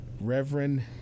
Reverend